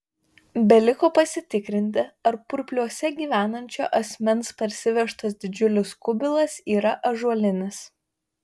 beliko pasitikrinti ar purpliuose gyvenančio asmens parsivežtas didžiulis kubilas yra ąžuolinis